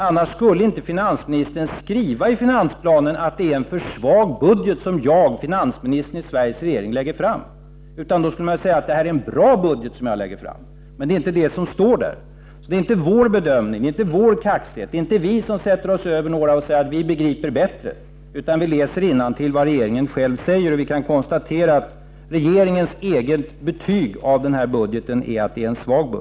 Annars skulle finansministern inte skriva i finansplanen att det är en för svag budget som han, finansministern i Sveriges regering, lägger fram, utan då skulle han säga att det är en bra budget. Men det står inte där. Det är alltså inte vår bedömning, inte vår kaxighet, och det är inte vi som sätter oss över några och säger att vi begriper bättre, utan vi läser innantill vad regeringen själv säger. Vi kan konstatera att regeringens eget betyg av denna budget är att den är svag.